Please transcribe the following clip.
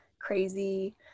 crazy